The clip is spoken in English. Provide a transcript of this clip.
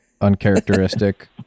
uncharacteristic